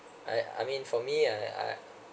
I I mean for me I I